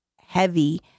heavy